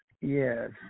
Yes